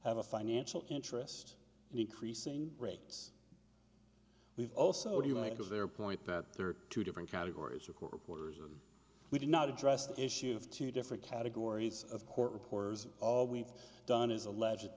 have a financial interest in increasing rates we've also you know it was their point that there were two different categories of court reporters and we did not address the issue of two different categories of court reporters all we've done is a legit